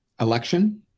election